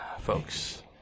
folks